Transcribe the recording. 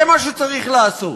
זה מה שצריך לעשות.